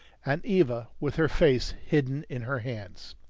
and eva with her face hidden in her hands.